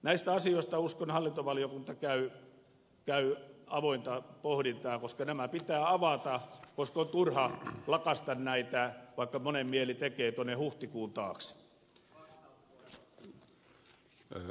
näistä asioista uskon hallintovaliokunta käy avointa pohdintaa koska nämä pitää avata koska on turha lakaista näitä vaikka monen mieli tekee tuonne huhtikuun taakse